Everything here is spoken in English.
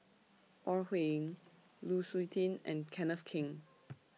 Ore Huiying Lu Suitin and Kenneth Keng